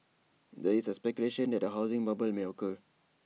there is A speculation that A housing bubble may occur